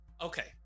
Okay